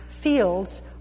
fields